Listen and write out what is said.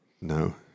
No